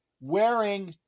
wearing